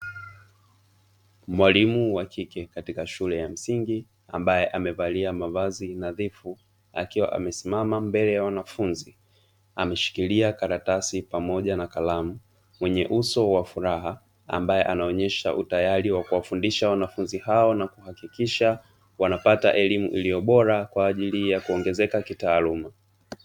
Mwalimu wa kike katika shule ya msingi, ambaye amevaa mavazi nadhifu, akiwa amesimama mbele ya wanafunzi. Ameshikilia karatasi pamoja na kalamu, mwenye uso wa furaha ambaye anaonyesha utayari wa kuwafundisha wanafunzi hao na kuhakikisha wanapata elimu iliyo bora kwa ajili ya kuongezeka kitaaluma.